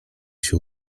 się